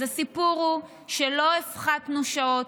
אז הסיפור הוא שלא הפחתנו שעות.